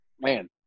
man